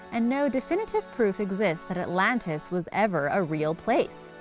and no definitive proof exists that atlantis was ever a real place.